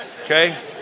Okay